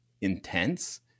intense